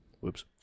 Whoops